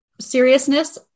seriousness